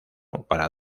para